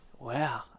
Wow